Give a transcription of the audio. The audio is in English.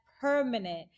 permanent